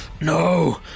no